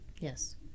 Yes